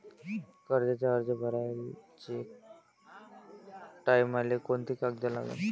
कर्जाचा अर्ज भराचे टायमाले कोंते कागद लागन?